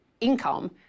income